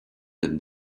than